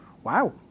Wow